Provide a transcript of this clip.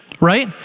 right